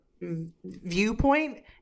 viewpoint